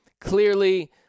clearly –